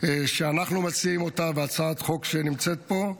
שאנחנו מציעים אותה בהצעת חוק שנמצאת פה,